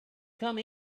come